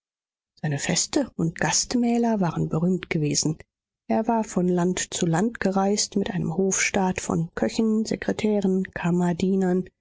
seine feste und gastmähler waren berühmt gewesen er war von land zu land gereist mit einem hofstaat von köchen